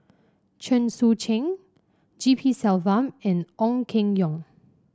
Chen Sucheng G P Selvam and Ong Keng Yong